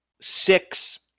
six